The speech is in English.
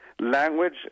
Language